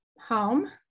home